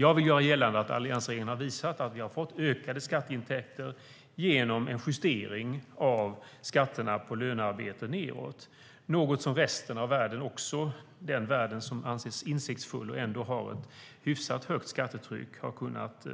Jag vill göra gällande att alliansregeringen har visat att vi har fått ökade skatteintäkter genom en justering nedåt av skatterna på lönearbete. Även resten av världen - den värld som anses insiktsfull och ändå har ett hyfsat högt skattetryck - har kunnat